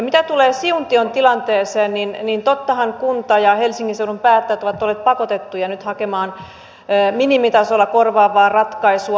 mitä tulee siuntion tilanteeseen niin tottahan kunta ja helsingin seudun päättäjät ovat olleet pakotettuja nyt hakemaan minimitasolla korvaavaa ratkaisua